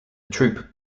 troupe